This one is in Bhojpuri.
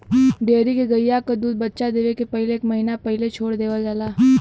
डेयरी के गइया क दूध बच्चा देवे के पहिले एक महिना पहिले छोड़ देवल जाला